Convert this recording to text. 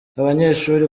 abanyeshuri